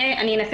אנסה